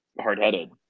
hard-headed